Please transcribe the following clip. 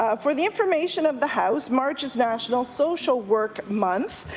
ah for the information of the house, march is national social work month,